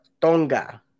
Tonga